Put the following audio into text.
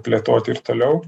plėtoti ir toliau